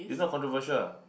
it's not controversial